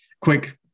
quick